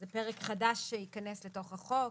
זה פרק חדש שייכנס לתוך החוק.